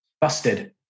busted